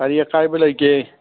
ꯀꯔꯤ ꯑꯀꯥꯏꯕ ꯂꯩꯒꯦ